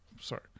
Sorry